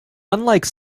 unlike